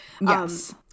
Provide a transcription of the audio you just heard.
Yes